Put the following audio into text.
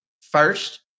first